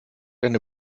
eine